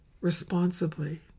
responsibly